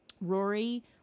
Rory